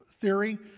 theory